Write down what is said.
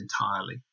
entirely